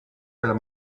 where